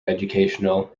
educational